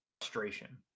frustration